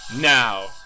Now